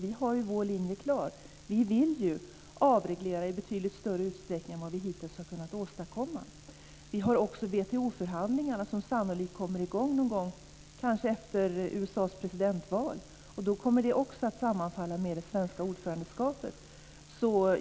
Vi har vår linje klar. Vi vill ju avreglera i betydligt större utsträckning än vad vi hittills åstadkommit. Vi har också WTO-förhandlingarna som sannolikt kommer i gång efter presidentvalet i USA. Då kommer de att sammanfalla med det svenska ordförandeskapet.